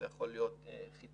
אלה יכולים להיות חיתולים,